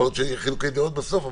יכול להיות שיהיו חילוקי דעות בסוף,